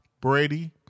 Brady